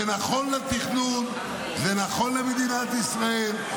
זה נכון לתכנון, זה נכון למדינת ישראל.